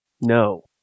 No